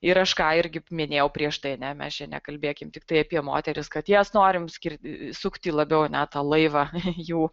ir aš ką irgi minėjau prieš tai ne mes čia nekalbėkim tiktai apie moteris kad jas norim skirti sukti labiau ne tą laivą jų